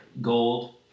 gold